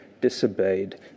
disobeyed